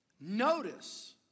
Notice